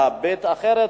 להביט אחרת